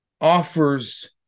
offers